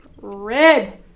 Red